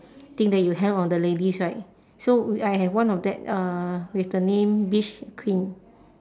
thing that you have on the ladies right so I have one of that uh with the name beach queen